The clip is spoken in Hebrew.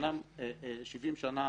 שאמנם 70 שנה